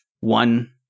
One